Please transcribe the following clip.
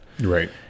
Right